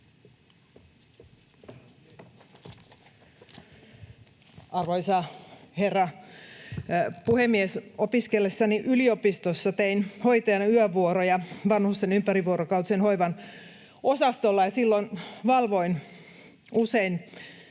Arvoisa herra puhemies! Opiskellessani yliopistossa tein hoitajana yövuoroja vanhusten ympärivuorokautisen hoivan osastolla ja silloin valvoin usein